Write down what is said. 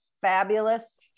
fabulous